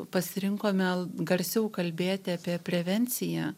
pasirinkome garsiau kalbėti apie prevenciją